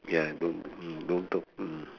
ya don't don't talk